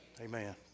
Amen